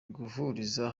guhuriza